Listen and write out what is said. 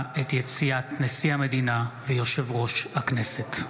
את יציאת נשיא המדינה ויושב-ראש הכנסת.